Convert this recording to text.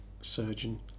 surgeon